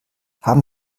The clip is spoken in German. haben